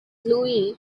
louis